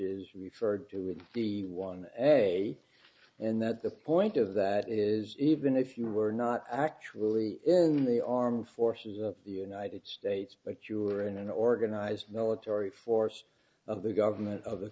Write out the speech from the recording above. is referred to would be one way and that the point of that is even if you were not actually in the armed forces of the united states but you were in an organized military force of the government of the